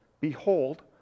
Behold